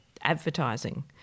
advertising